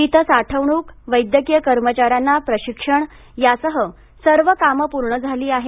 शीतसाठवणूक वैद्यकीय कर्मचाऱ्यांना प्रशिक्षण यासह सर्व कामं पूर्ण झाली आहेत